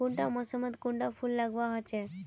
कुंडा मोसमोत कुंडा फुल लगवार होछै?